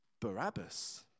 Barabbas